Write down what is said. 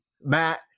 Matt